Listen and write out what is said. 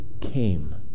came